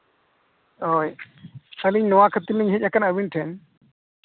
ᱦᱳᱭ ᱟᱹᱞᱤᱧ ᱱᱚᱣᱟ ᱠᱷᱟᱹᱛᱤᱨ ᱞᱤᱧ ᱦᱮᱡ ᱠᱟᱱᱟ ᱟᱹᱵᱤᱱ ᱴᱷᱮᱱ